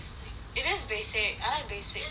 it is basic I like basic stuff